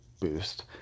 boost